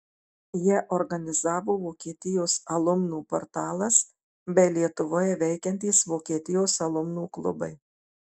ją organizavo vokietijos alumnų portalas bei lietuvoje veikiantys vokietijos alumnų klubai